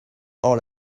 all